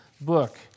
book